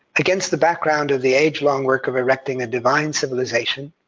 against the background of the age-long work of erecting a divine civilization,